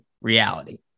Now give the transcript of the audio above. reality